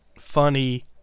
funny